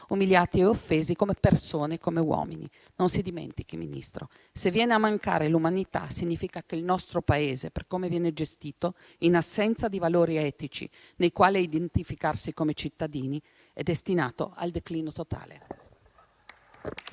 umiliati e offesi come persone, come uomini. Non si dimentichi, Ministro, che, se viene a mancare l'umanità, significa che il nostro Paese, per come viene gestito, in assenza di valori etici nei quali identificarsi come cittadini, è destinato al declino totale.